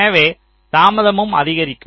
எனவே தாமதமும் அதிகரிக்கும்